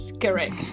correct